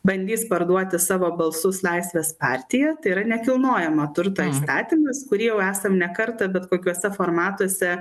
bandys parduoti savo balsus laisvės partija tao yra nekilnojamo turto įstatymas kurį jau esam ne kartą bet kokiuose formatuose